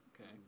Okay